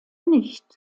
nicht